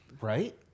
Right